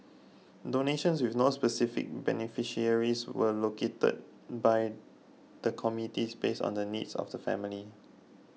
donations with no specific beneficiaries were located by the committees base on the needs of the family